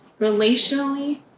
relationally